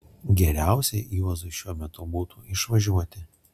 geriausiai juozui šiuo metu būtų išvažiuoti